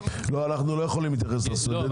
אנחנו לא יכולים להתייחס לסטודנטים כאל קבוצה.